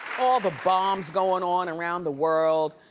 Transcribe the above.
all the bombs goin' on around the world.